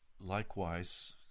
Likewise